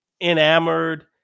enamored